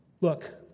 Look